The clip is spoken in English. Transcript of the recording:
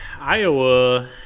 Iowa